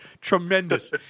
tremendous